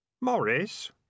Morris